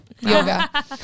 yoga